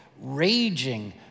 raging